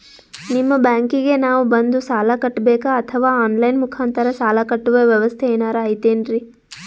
ನಿಮ್ಮ ಬ್ಯಾಂಕಿಗೆ ನಾವ ಬಂದು ಸಾಲ ಕಟ್ಟಬೇಕಾ ಅಥವಾ ಆನ್ ಲೈನ್ ಮುಖಾಂತರ ಸಾಲ ಕಟ್ಟುವ ವ್ಯೆವಸ್ಥೆ ಏನಾರ ಐತೇನ್ರಿ?